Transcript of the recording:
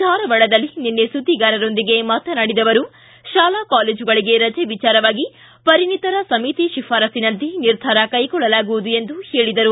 ಧಾರವಾಡದಲ್ಲಿ ನಿನ್ನೆ ಸುದ್ದಿಗಾರರೊಂದಿಗೆ ಮಾತನಾಡಿದ ಅವರು ಶಾಲಾ ಕಾಲೇಜುಗಳಿಗೆ ರಜೆ ವಿಚಾರವಾಗಿ ಪರಿಣಿತರ ಸಮಿತಿ ಶಿಫಾರಸಿನಂತೆ ನಿರ್ಧಾರ ಕೈಗೊಳ್ಳಲಾಗುವುದು ಎಂದು ಹೇಳದರು